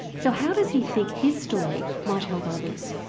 so how does he think his story might help others?